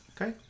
okay